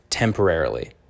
temporarily